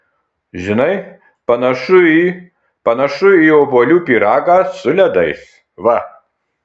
žinai panašu į panašu į obuolių pyragą su ledais va